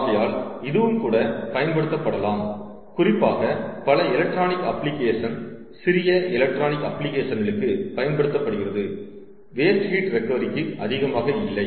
ஆகையால் இதுவும் கூட பயன்படுத்தப்படலாம் குறிப்பாக பல எலக்ட்ரானிக் அப்ளிகேஷன் சிறிய எலக்ட்ரானிக் அப்ளிகேஷன்களுக்கு பயன்படுத்தப்படுகிறது வேஸ்ட் ஹீட் ரெகவரிக்கு அதிகமாக இல்லை